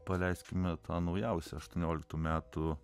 paleiskime tą naujausią aštuonioliktų metų